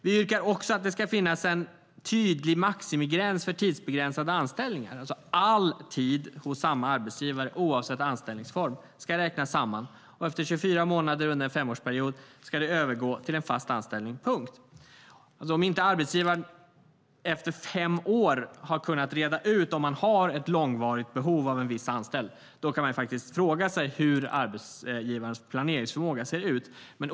Vi yrkar också att det ska finnas en tydlig maximigräns för tidsbegränsade anställningar. All tid hos samma arbetsgivare oavsett anställningsform ska räknas samman. Efter 24 månader under en femårsperiod ska det övergå till en fast anställning, punkt. Om inte arbetsgivaren efter fem år har kunnat reda ut om han har ett långvarigt behov av en viss anställd kan man fråga sig hur arbetsgivarens planeringsförmåga ser ut.